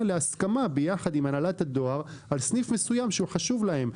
להסכמה יחד עם הנהלת הדואר על סניף מסוים שהוא חשוב להם.